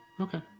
Okay